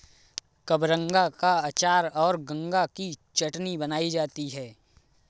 कबरंगा का अचार और गंगा की चटनी बनाई जाती है